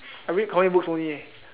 I read comic books only eh